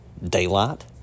Daylight